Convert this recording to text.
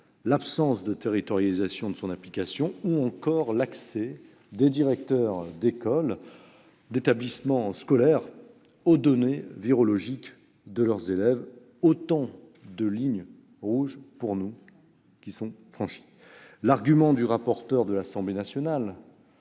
l'absence de territorialisation de son application, ou encore l'accès des directeurs d'établissements scolaires aux données virologiques de leurs élèves ; voilà, pour nous, autant de lignes rouges franchies. L'argument du rapporteur de l'Assemblée nationale